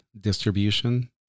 distribution